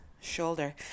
shoulder